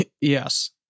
Yes